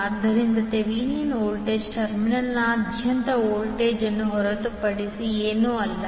ಆದ್ದರಿಂದ Thevenin voltage ಟರ್ಮಿನಲ್ನಾದ್ಯಂತದ voltage ಅನ್ನು ಹೊರತುಪಡಿಸಿ ಏನೂ ಅಲ್ಲ